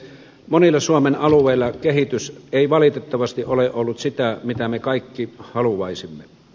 monilla suomen alueilla kehitys ei valitettavasti ole ollut sitä mitä me kaikki haluaisimme